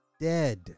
dead